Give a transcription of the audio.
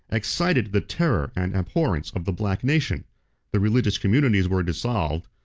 excited the terror and abhorrence of the black nation the religious communities were dissolved,